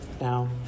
now